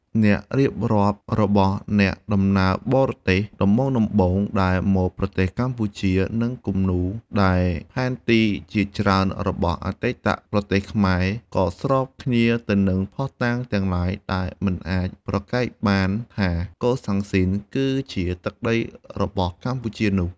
ការរៀបរាប់របស់អ្នកដំណើរបរទេសដំបូងៗដែលមកប្រទេសកម្ពុជា និងគំនូរ ផែនទីជាច្រើនរបស់អតីតប្រទេសខ្មែរ ក៏ស្របគ្នាទៅនឹងភស្តុតាងទាំងឡាយដែលមិនអាចប្រកែកបានថា កូសាំងស៊ីន គឺជាទឹកដីរបស់កម្ពុជានោះ ។